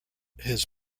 his